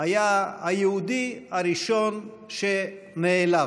היה היהודי הראשון שנעלב.